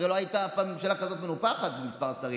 הרי לא הייתה אף פעם ממשלה כזאת מנופחת במספר השרים.